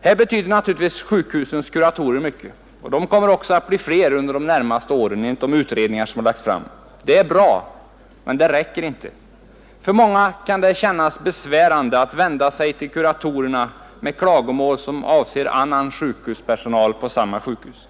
Här betyder naturligtvis sjukhusens kuratorer mycket, och de kommer också att bli fler under de närmaste åren enligt de utredningsförslag som har lagts fram. Det är bra, men det räcker inte. För många kan det kännas besvärande att vända sig till kuratorerna med klagomål som avser annan sjukhuspersonal på samma sjukhus.